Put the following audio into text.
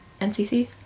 NCC